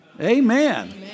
Amen